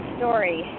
story